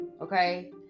okay